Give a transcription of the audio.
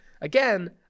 again